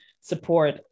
support